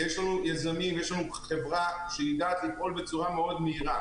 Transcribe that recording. ויש לנו יזמים ויש לנו חברה שיודעת לפעול בצורה מאוד מהירה,